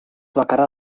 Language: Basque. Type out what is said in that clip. bakarra